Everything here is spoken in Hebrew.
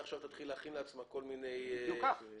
תתחיל להכין לעצמה כל מיני סטוקים.